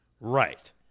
Right